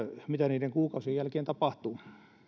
mitä niiden kuukausien jälkeen tapahtuu